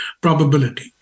probability